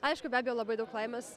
aišku be abejo labai daug laimės